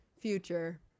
future